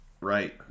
Right